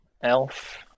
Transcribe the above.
Elf